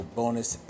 bonus